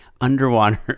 underwater